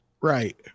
right